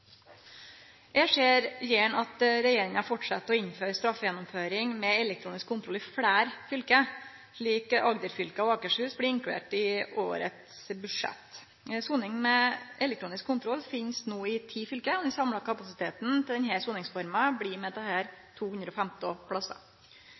Eg ser gjerne at regjeringa fortset å innføre straffegjennomføring med elektronisk kontroll i fleire fylke, slik Agder-fylka og Akershus blei inkluderte i årets budsjett. Ei soning med elektronisk kontroll finst no i ti fylke, og den samla kapasiteten til denne soningsforma blir med dette